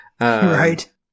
Right